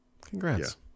Congrats